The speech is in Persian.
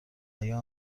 حیا